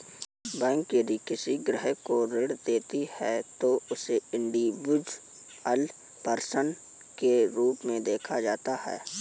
bank यदि किसी ग्राहक को ऋण देती है तो उसे इंडिविजुअल पर्सन के रूप में देखा जाता है